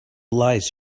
lies